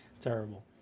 terrible